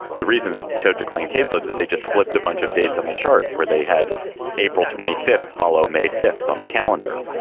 the reason it showed declining caseload is they just flipped a bunch of dates on the chart where they had april twenty fifth, follow may fifth on the calendar,